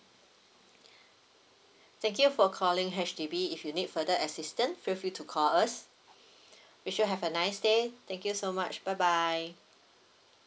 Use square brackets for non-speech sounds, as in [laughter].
[breath] thank you for calling H_D_B if you need further assistant feel free to call us [breath] wish you have a nice day thank you so much bye bye